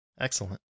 excellent